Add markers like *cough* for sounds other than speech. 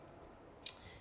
*noise*